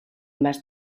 más